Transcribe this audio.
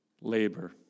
labor